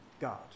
God